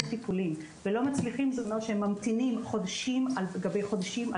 טיפולים ולא מצליחים זה אומר שהם ממתינים חודשים על גבי חודשים,